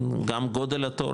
גם גודל התור,